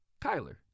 Kyler